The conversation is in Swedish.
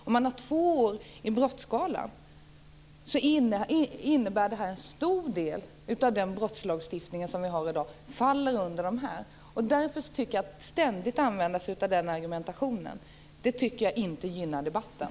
Har man två år i straffskalan innebär det att en stor del av den brottslagstiftning som vi har i dag faller under det här. Därför tycker jag inte att det gynnar debatten att ständigt använda sig av den argumentationen.